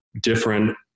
different